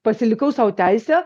pasilikau sau teisę